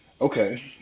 Okay